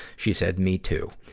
she said, me, too.